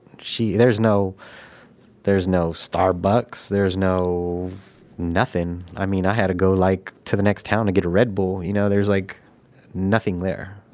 there's no there's no starbucks, there's no nothing. i mean, i had to go like to the next town to get a red bull. you know, there's like nothing there.